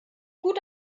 gut